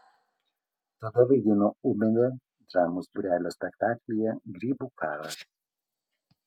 tada vaidino ūmėdę dramos būrelio spektaklyje grybų karas